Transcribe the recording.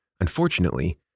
Unfortunately